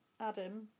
Adam